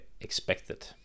expected